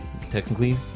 technically